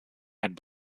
and